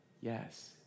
Yes